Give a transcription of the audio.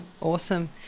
awesome